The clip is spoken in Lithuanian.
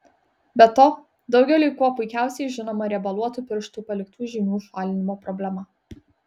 be to daugeliui kuo puikiausiai žinoma riebaluotų pirštų paliktų žymių šalinimo problema